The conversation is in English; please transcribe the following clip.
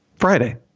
Friday